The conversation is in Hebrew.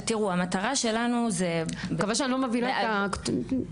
אני מקווה שאני לא מבהילה את הקטנטנים.